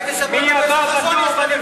מי הבא בתור בליכוד?